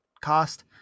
cost